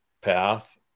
path